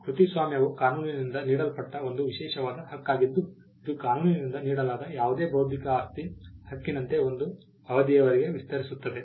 ಕೃತಿಸ್ವಾಮ್ಯವು ಕಾನೂನಿನಿಂದ ನೀಡಲ್ಪಟ್ಟ ಒಂದು ವಿಶೇಷವಾದ ಹಕ್ಕಾಗಿದ್ದು ಇದು ಕಾನೂನಿನಿಂದ ನೀಡಲಾದ ಯಾವುದೇ ಬೌದ್ಧಿಕ ಆಸ್ತಿ ಹಕ್ಕಿನಂತೆ ಒಂದು ಅವಧಿಯವರೆಗೆ ವಿಸ್ತರಿಸುತ್ತದೆ